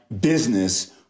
business